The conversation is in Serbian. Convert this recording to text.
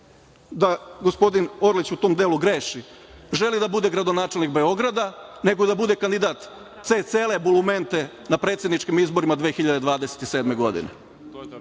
da gospodin Orlić u tom delu greši, želi da bude gradonačelnik Beograda, nego da bude kandidat te cele bulumente na predsedničkim izborima 2027. godine. Stranku